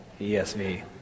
ESV